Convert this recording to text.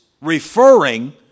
referring